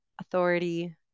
authority